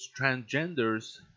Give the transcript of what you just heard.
transgender's